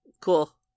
Cool